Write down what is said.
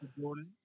Jordan